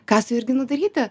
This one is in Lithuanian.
ką su jurginu daryti